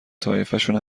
طایفشون